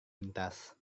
lintas